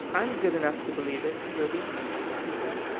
i'm good enough to believe it, ruby, he said.